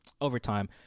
overtime